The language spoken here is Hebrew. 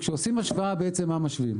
כשעושים השוואה, בעצם מה משווים.